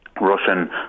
russian